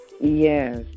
Yes